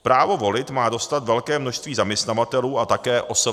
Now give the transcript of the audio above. Právo volit má dostat velké množství zaměstnavatelů a také OSVČ.